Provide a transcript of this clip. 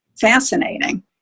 fascinating